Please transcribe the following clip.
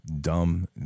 dumb